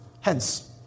Hence